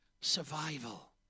Survival